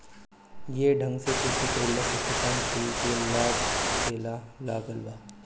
ये ढंग से खेती कइला से किसान कुल के लाभ होखे लागल बा